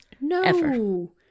No